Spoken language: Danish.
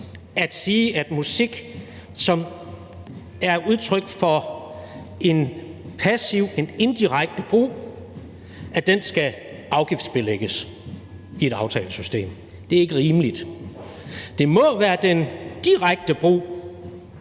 at sige, at musik, som bruges passivt og indirekte, skal afgiftsbelægges i et aftalesystem. Det er ikke rimeligt. Det må være den direkte brug,